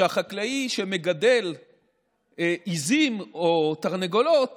שהחקלאי שמגדל עיזים או תרנגולות